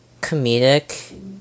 comedic-